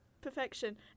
Perfection